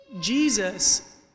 Jesus